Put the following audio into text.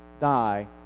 die